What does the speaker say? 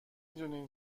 دونین